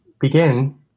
begin